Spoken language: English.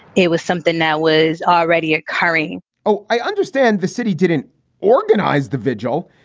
it was something that was already occurring oh, i understand. the city didn't organize the vigil.